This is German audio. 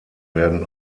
werden